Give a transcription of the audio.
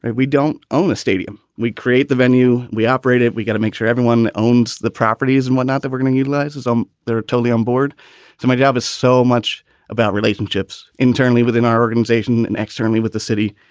and we don't own a stadium. we create the venue. we operate it. we've got to make sure everyone owns the properties and whatnot that we're giving you license. um they're totally onboard. so my job is so much about relationships internally within our organization and externally with the city.